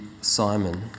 Simon